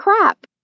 crap